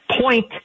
point